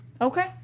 Okay